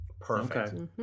Perfect